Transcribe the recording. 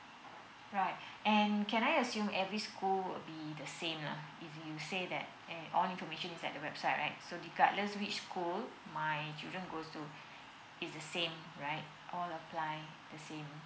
right and can I assume every school would be the same lah if you say that all information is at the website right so regardless which school my my children goes to It's the same right all apply the same